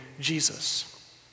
Jesus